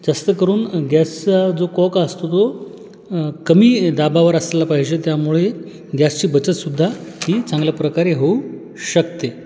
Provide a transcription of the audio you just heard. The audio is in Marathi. जास्त करून गॅसचा जो कॉक असतो तो कमी दाबावर असला पाहिजे त्यामुळे गॅसची बचतसुद्धा ही चांगल्या प्रकारे होऊ शकते